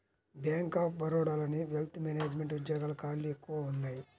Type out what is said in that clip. bank of బరోడాలోని wealth management ఉద్యోగాల ఖాళీలు ఎక్కువగా ఉన్నయ్యి